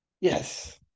Yes